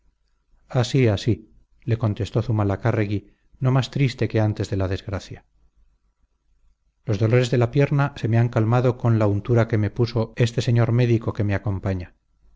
así así le contestó zumalacárregui no más triste que antes de la desgracia los dolores de la pierna se me han calmado con la untura que me puso este señor médico que me acompaña